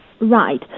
right